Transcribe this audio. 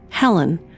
Helen